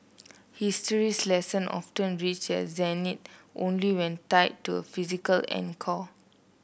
history's lesson often reach their zenith only when tied to a physical anchor